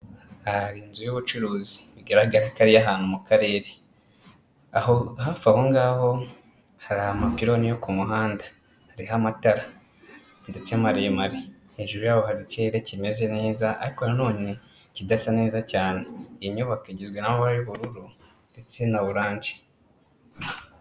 Aha hari inzu y'ubucuruzi, bigaragara ko ari iy'ahantu mu karere, aho hafi ahongaho hari amapiloni yo ku muhanda, hariho amatara ndetse maremare, hejuru yaho hari ikirere kimeze neza ariko nanone kidasa neza cyane. Iyi nyubako igizwe n'amabara y'bururu ndetse na oranje.